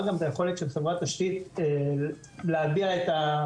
גם את היכולת של חברת תשתית להביע את,